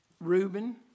Reuben